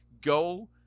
go